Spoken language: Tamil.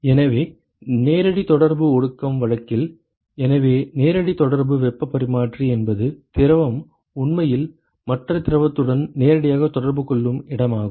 எனவே நேரடி தொடர்பு ஒடுக்கம் வழக்கில் எனவே நேரடி தொடர்பு வெப்பப் பரிமாற்றி என்பது திரவம் உண்மையில் மற்ற திரவத்துடன் நேரடியாகத் தொடர்பு கொள்ளும் இடமாகும்